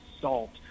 salt